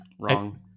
Wrong